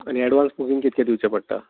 आनी advance booking कितले दिवचे पडटा